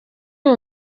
uyu